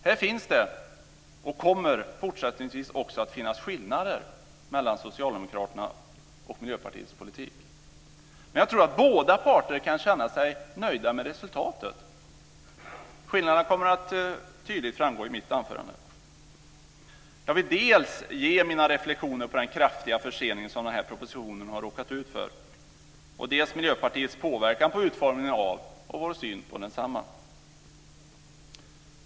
Här finns det, och kommer fortsättningsvis också att finnas, skillnader emellan Socialdemokraternas och Miljöpartiets politik, men jag tror att båda parter kan känna sig nöjda med resultatet. Skillnaderna kommer tydligt att framgå i mitt anförande. Jag vill dels ge mina reflexioner på den kraftiga försening som den här propositionen har råkat ut för, dels tala om Miljöpartiets påverkan på utformningen av och syn på densamma.